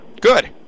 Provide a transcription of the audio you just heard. Good